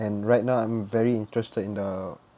and right now I'm very interested in the